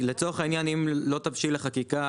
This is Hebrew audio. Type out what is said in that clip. לצורך העניין אם לא תבשיל החקיקה,